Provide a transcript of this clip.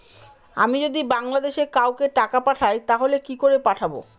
আমি যদি বাংলাদেশে কাউকে টাকা পাঠাই তাহলে কি করে পাঠাবো?